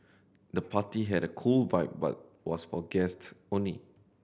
the party had a cool vibe but was for guests only